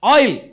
Oil